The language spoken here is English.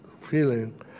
feeling